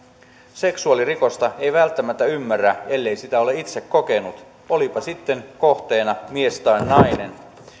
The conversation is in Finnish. seksuaalirikosta ei välttämättä ymmärrä ellei sitä ole itse kokenut olipa sitten kohteena mies tai nainen